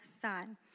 son